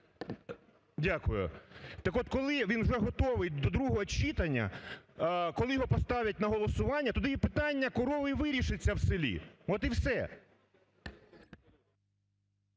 Дякую. Так от, коли він наготовить до другого читання, коли його поставлять на голосування, тоді і питання корови і вирішиться в селі. От і все.